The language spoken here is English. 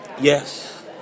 Yes